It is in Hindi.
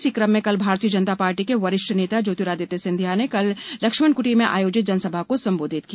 इसी क्रम में कल भारतीय जनता पार्टी के वरिष्ठ नेता ज्योतिरादित्य सिंधिया ने कल लक्ष्मण कृटी में आयोजित जनसभा को संबोधित किया